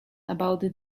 about